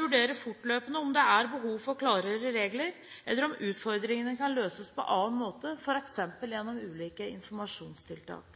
vurderer fortløpende om det er behov for klarere regler, eller om utfordringene kan løses på annen måte, f.eks. gjennom ulike informasjonstiltak.